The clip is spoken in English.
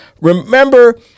remember